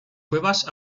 cuevas